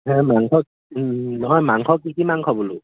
এই মাংস নহয় মাংস কি কি মাংস বোলো